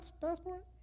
passport